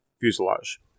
fuselage